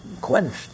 quenched